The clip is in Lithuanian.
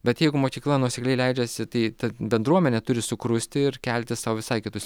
bet jeigu mokykla nuosekliai leidžiasi tai ta bendruomenė turi sukrusti ir kelti sau visai kitus